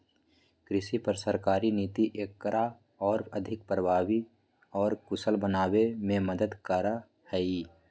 कृषि पर सरकारी नीति एकरा और अधिक प्रभावी और कुशल बनावे में मदद करा हई